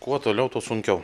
kuo toliau tuo sunkiau